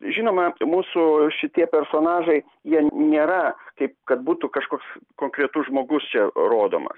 žinoma mūsų šitie personažai jie nėra taip kad būtų kažkoks konkretus žmogus čia rodomas